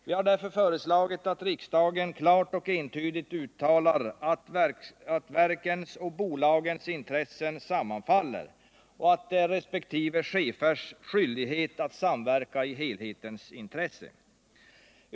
Vi har därför föreslagit att riksdagen klart och entydigt uttalar att verkens och bolagens intressen sammanfaller och att det är resp. chefers skyldighet att samverka i helhetens intresse.